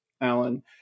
Alan